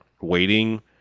waiting